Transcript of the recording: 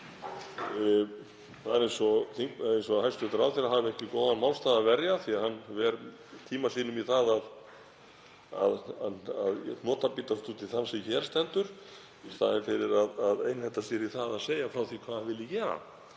Það er eins og hæstv. ráðherra hafi ekki góðan málstað að verja því að hann ver tíma sínum í að hnotabítast út í þann sem hér stendur í staðinn fyrir að einhenda sér í að segja frá því hvað hann vilji gera.